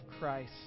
Christ